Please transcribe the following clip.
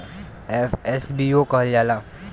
FSBO कहल जाला